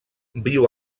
viu